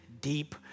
deep